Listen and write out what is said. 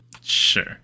Sure